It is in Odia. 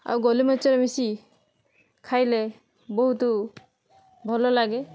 ଆଉ ଗୋଲମରିଚ ମିଶି ଖାଇଲେ ବହୁତ ଭଲ ଲାଗେ